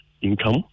income